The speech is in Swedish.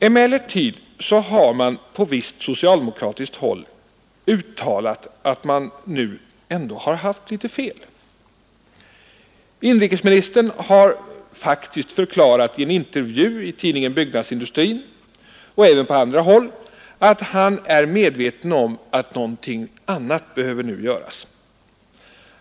Emellertid har man på visst socialdemokratiskt håll nu uttalat att man ändå haft litet fel. Inrikesministern har faktiskt i en intervju i tidningen Byggnadsindustrin — och även på andra håll — förklarat att han är medveten om att något annat nu behöver göras.